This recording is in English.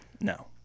no